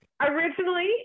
originally